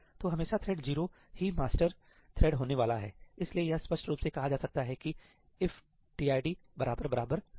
तो हमेशा थ्रेड 0 ही मास्टर थ्रेड होने वाला है इसलिए यह स्पष्ट रूप से कहा जा सकता है कि 'if tid 0